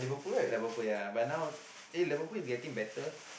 level four ya but now eh level four is getting better